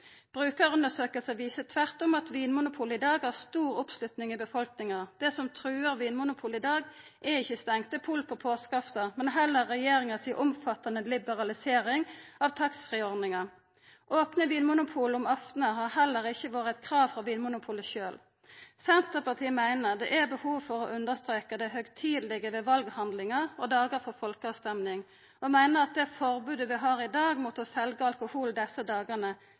viser tvert om at Vinmonopolet i dag har stor oppslutning i befolkninga. Det som truar Vinmonopolet i dag, er ikkje stengde pol på påskeaftan, men heller regjeringa si omfattande liberalisering av taxfreeordninga. Opne vinmonopol på aftnar har heller ikkje vore eit krav frå Vinmonopolet sjølv. Senterpartiet meiner det er behov for å understreka det høgtidelege ved valhandlinga og dagar for folkeavstemming, og meiner at det forbodet vi har i dag mot å selja alkohol desse dagane,